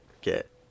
get